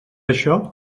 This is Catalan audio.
això